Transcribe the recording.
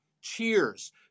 cheers